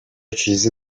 utiliser